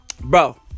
Bro